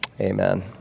Amen